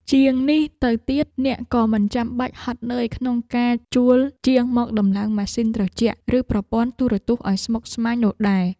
ជាងនេះទៅទៀតអ្នកក៏មិនចាំបាច់ហត់នឿយក្នុងការជួលជាងមកដំឡើងម៉ាស៊ីនត្រជាក់ ឬប្រព័ន្ធទូរទស្សន៍ឱ្យស្មុគស្មាញនោះដែរ។